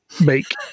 make